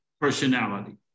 personality